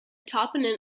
toponym